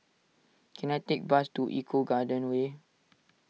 can I take bus to Eco Garden Way